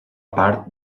part